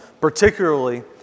particularly